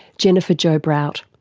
jennifer jo brout.